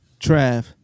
trav